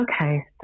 Okay